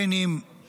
בין אם בפועל,